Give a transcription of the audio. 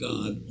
God